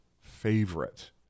favorite